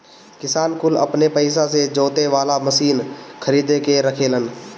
किसान कुल अपने पइसा से जोते वाला मशीन खरीद के रखेलन